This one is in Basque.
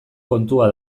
kontua